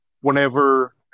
whenever